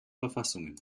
verfassungen